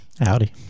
Howdy